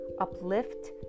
uplift